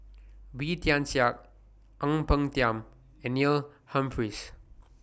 Wee Tian Siak Ang Peng Tiam and Neil Humphreys